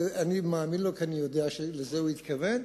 ואני מאמין לו כי אני יודע שלזה הוא התכוון,